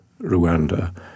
Rwanda